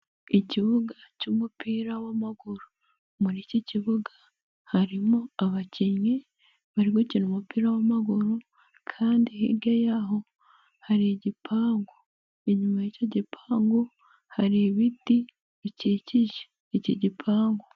Ikibuga cy'umupira w'amaguru muri iki kibuga harimo abakinnyi bari gukina umupira w'amaguru kandi hirya y'aho hari igipangu, inyuma y'icyo gipangu hari ibiti bikikije icyi gipangu.